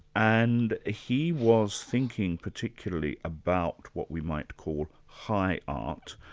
and ah he was thinking particularly about what we might call high art,